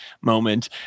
moment